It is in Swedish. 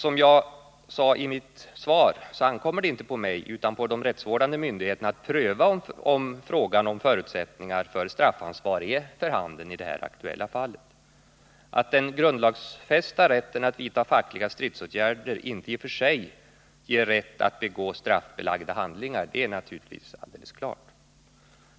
Som jag sade i mitt svar, ankommer det inte på mig utan på de rättsvårdande myndigheterna att pröva frågan om förutsättningar för straffansvar är för handen i det aktuella fallet. Att den grundlagsfästa rätten att vidta fackliga stridsåtgärder inte i och för sig ger rätt att begå straffbelagda handlingar är naturligtvis alldeles klart.